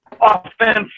Offense